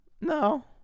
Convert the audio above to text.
No